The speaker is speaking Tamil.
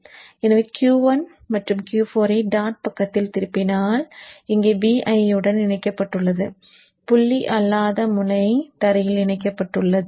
எனவே Q 1 மற்றும் Q 4 ஐ டாட் பக்கத்தில் திருப்பினால் இங்கு Vin உடன் இணைக்கப்பட்டுள்ளது புள்ளி அல்லாத முனை தரையில் இணைக்கப்பட்டுள்ளது